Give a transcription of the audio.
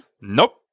nope